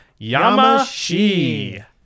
Yamashi